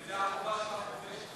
כובש,